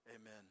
Amen